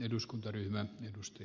arvoisa puhemies